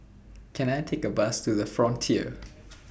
Can I Take A Bus to The Frontier